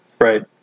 Right